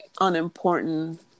unimportant